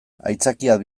aitzakiak